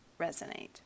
resonate